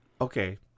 Okay